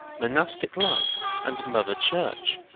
monastic life and mother church?